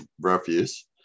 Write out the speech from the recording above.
refuse